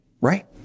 Right